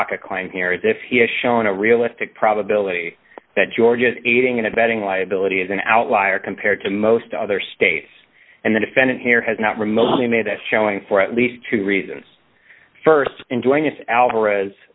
a claim here is if he has shown a realistic probability that georgia is aiding and abetting liability as an outlier compared to most other states and the defendant here has not remotely made that showing for at least two reasons st in doing this alvarez